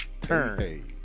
Turn